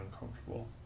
uncomfortable